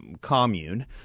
commune